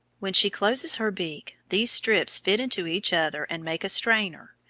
when she closes her beak these strips fit into each other and make a strainer.